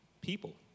people